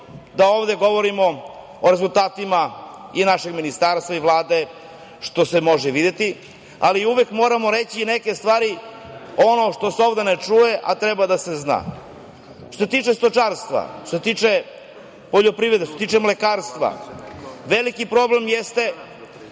da ovde govorimo o rezultatima i našeg ministarstva i Vlade, što se može videti, ali uvek moramo reći i neke stvari, ono što se ovde ne čuje, a treba da se zna. Što se tiče stočarstva, poljoprivrede, mlekarstva, veliki problem jeste